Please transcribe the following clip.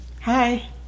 Hi